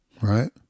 Right